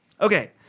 Okay